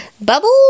bubble